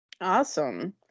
Awesome